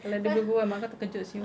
kalau dia berbual mak kau terkejut [siol]